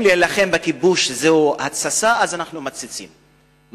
אם להילחם בכיבוש זוהי התססה, אז אנחנו מתסיסים.